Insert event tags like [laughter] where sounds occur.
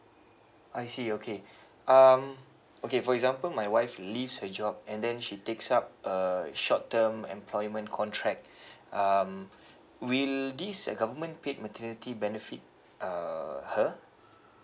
I see okay um okay for example my wife leaves her job and then she takes up a short term employment contract [breath] um will this uh government paid maternity benefit uh her